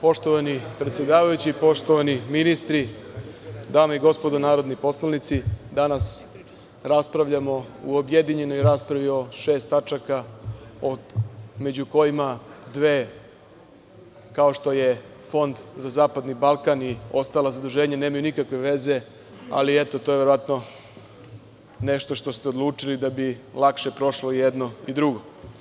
Poštovani predsedavajući, poštovani ministri, dame i gospodo narodni poslanici, danas raspravljamo u objedinjenoj raspravi o šest tačaka, među kojima dve kao što je Fond za zapadni Balkan i ostala zaduženja nemaju nikakve veze, ali eto to je verovatno nešto što ste odlučili, da bi lakše prošlo jedno i drugo.